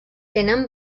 tenen